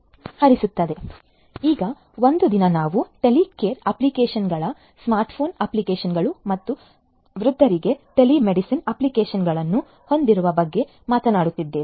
ಆದ್ದರಿಂದ ಈಗ ಒಂದು ದಿನ ನಾವು ಟೆಲಿಕೇರ್ ಅಪ್ಲಿಕೇಶನ್ಗಳು ಸ್ಮಾರ್ಟ್ ಫೋನ್ ಅಪ್ಲಿಕೇಶನ್ಗಳು ಮತ್ತು ವೃದ್ಧರಿಗೆ ಟೆಲಿಮೆಡಿಸಿನ್ ಅಪ್ಲಿಕೇಶನ್ಗಳನ್ನು ಹೊಂದಿರುವ ಬಗ್ಗೆ ಮಾತನಾಡುತ್ತಿದ್ದೇವೆ